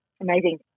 Amazing